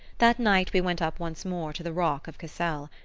that night we went up once more to the rock of cassel.